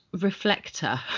reflector